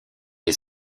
les